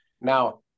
Now